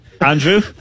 Andrew